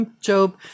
Job